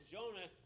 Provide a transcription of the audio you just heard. Jonah